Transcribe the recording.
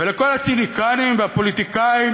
ולכל הציניקנים והפוליטיקאים